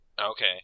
Okay